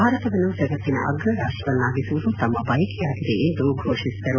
ಭಾರತವನ್ನು ಜಗತ್ತಿನ ಅಗ್ರ ರಾಷ್ಟವನ್ನಾಗಿಸುವುದು ತಮ್ಮ ಬಯಕೆಯಾಗಿದೆ ಎಂದು ಘೋಷಿಸಿದರು